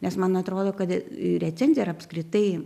nes man atrodo kad recenzija yra apskritai